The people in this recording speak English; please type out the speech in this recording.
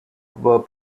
were